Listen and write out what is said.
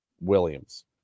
Williams